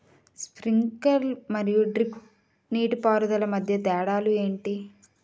Sprinkler మరియు drip నీటిపారుదల మధ్య తేడాలు ఏంటి?